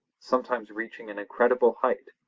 sometimes reaching an incredible height.